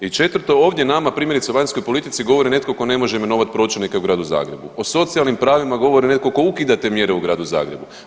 I četvrto, ovdje nama primjerice o vanjskoj politici govori netko tko ne može imenovati pročelnike u Gradu Zagrebu, o socijalnim pravima govori netko tko ukida te mjere u Gradu Zagrebu.